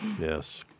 Yes